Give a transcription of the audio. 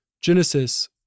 Genesis